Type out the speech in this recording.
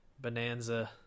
Bonanza